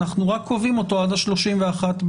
אנחנו רק קובעים אותו עד ה-31 בינואר.